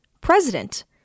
president